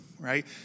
right